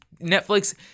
Netflix